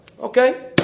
Okay